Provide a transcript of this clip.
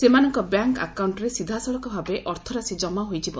ସେମାନଙ୍କ ବ୍ୟାଙ୍କ୍ ଆକାଉଣ୍କ୍ରେ ସିଧାସଳଖ ଭାବେ ଅର୍ଥରାଶି ଜମା ହୋଇଯିବ